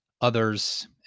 others